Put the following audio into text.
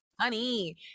honey